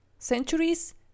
Centuries